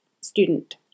student